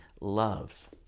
loves